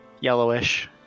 Yellowish